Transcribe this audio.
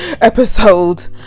episode